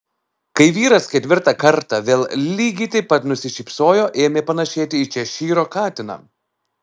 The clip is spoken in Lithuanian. kai vyras ketvirtą kartą vėl lygiai taip pat nusišypsojo ėmė panašėti į češyro katiną